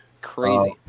Crazy